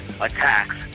Attacks